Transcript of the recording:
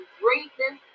greatness